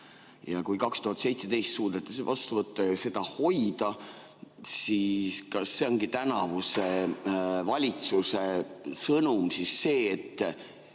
Ja kui 2017 suudeti see vastu võtta ja seda hoida, siis kas see ongi tänavuse valitsuse sõnum, et